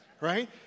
right